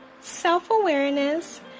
self-awareness